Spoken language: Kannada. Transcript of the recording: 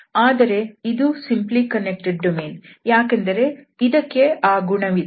ಆದರೆ ಇದು ಸಿಂಪ್ಲಿ ಕನ್ನೆಕ್ಟೆಡ್ ಡೊಮೇನ್ ಯಾಕೆಂದರೆ ಇದಕ್ಕೆ ಆ ಗುಣವಿದೆ